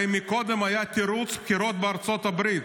הרי מקודם היה תירוץ, בחירות בארצות הברית.